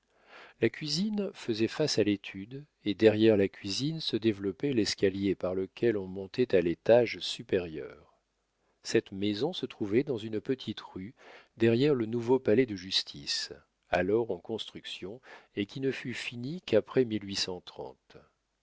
la cuisine faisait face à l'étude et derrière la cuisine se développait l'escalier par lequel on montait à l'étage supérieur cette maison se trouvait dans une petite rue derrière le nouveau palais de justice alors en construction et qui ne fut fini qu'après